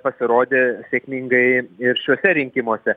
pasirodė sėkmingai ir šiuose rinkimuose